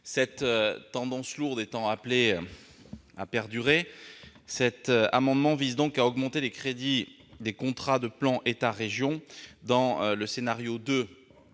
Cette tendance lourde étant appelée à perdurer, le présent amendement vise à augmenter les crédits des contrats de plan État-région dans le scénario n°